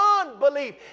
unbelief